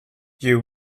you